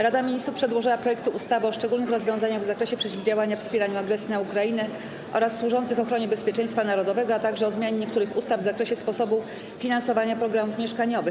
Rada ministrów przedłożyła projekty ustaw: - o szczególnych rozwiązaniach w zakresie przeciwdziałania wspieraniu agresji na Ukrainę oraz służących ochronie bezpieczeństwa narodowego, - o zmianie niektórych ustaw w zakresie sposobu finansowania programów mieszkaniowych.